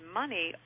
money